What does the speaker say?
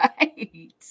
Right